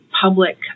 public